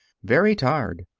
very tired,